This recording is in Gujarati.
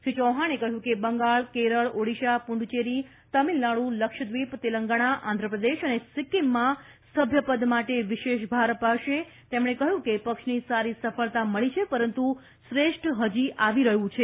શ્રી ચૌહાણે કહ્યું કે બંગાળ કેરળ ઓડીશા પુડુચ્ચેરી તમિલનાડુ લક્ષદ્વીપ તેલંગણા આંધ્રપ્રદેશ અને સિક્કિમમાં સભ્યપદ માટે વિશેષ ભાર અપાશે તેમણે કહ્યું કે પક્ષની સારી સફળતા મળી છે પરંતુ શ્રેષ્ઠ હજી આવી રહ્યું છે